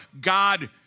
God